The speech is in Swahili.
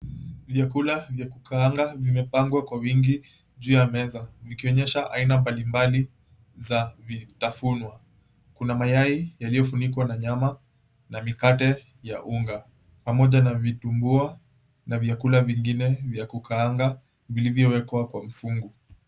Vyakula vya kukaanga vimepangwa kwa wingi juu ya meza vikionyesha aina mbalimbali za vitafunwa. Kuna mayai yaliyofunikwa na nyama na mikate ya unga pamoja na vitumbua na vyakula vingine vya kukaangwa vilivyowekwa kwa mfungu.